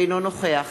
אינו נוכח